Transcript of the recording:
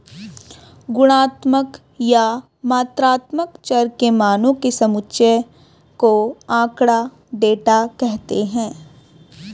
गुणात्मक या मात्रात्मक चर के मानों के समुच्चय को आँकड़ा, डेटा कहते हैं